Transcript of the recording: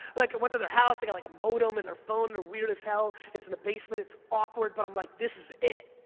like, i went to their house, they got like a modem in their phone, they're weird as hell, it's in the basement, it's awkward, but i'm like, this is it.